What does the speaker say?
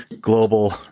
global